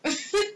thank you